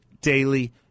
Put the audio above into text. daily